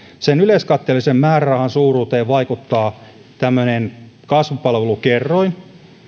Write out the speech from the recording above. sen yleiskatteellisen määrärahan suuruuteen vaikuttaa tämmöinen kasvupalvelukerroin